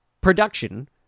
production